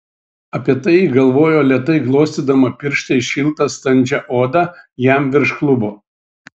apie tai ji galvojo lėtai glostydama pirštais šiltą standžią odą jam virš klubo